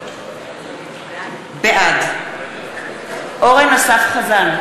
בעד אורן אסף חזן,